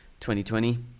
2020